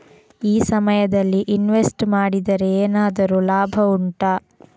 ಈ ಸಮಯದಲ್ಲಿ ಇನ್ವೆಸ್ಟ್ ಮಾಡಿದರೆ ಏನಾದರೂ ಲಾಭ ಉಂಟಾ